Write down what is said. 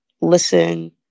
listen